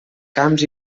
camps